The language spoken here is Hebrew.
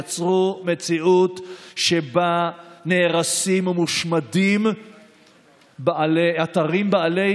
יצרו מציאות שבה נהרסים ומושמדים אתרים בעלי